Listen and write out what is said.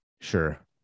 Sure